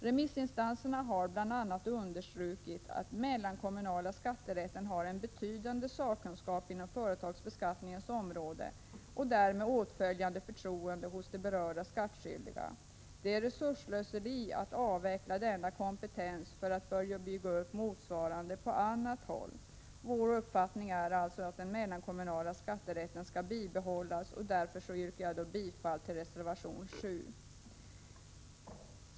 Remissinstanserna har bl.a. understrukit att den mellankommunala skatterätten har en betydande sakkunskap inom företagsbeskattningens område, och därmed åtföljande förtroende hos de berörda skattskyl diga. Det är resursslöseri att avveckla denna kompetens för att börja bygga — Prot. 1986/87:50 upp motsvarande på annat håll. 16 december 1986 Vår uppfattning är alltså att den mellankommunala skatterätten skall. GG bibehållas, och därför yrkar jag bifall till reservation 7.